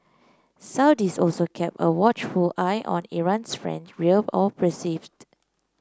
Saudis also kept a watchful eye on Iran's friend real or perceived